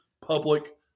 public